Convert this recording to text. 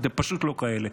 אתם פשוט לא כאלה.